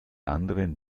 anderen